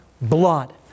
blood